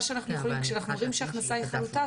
כשאנחנו אומרים שההכנסה היא חלוטה,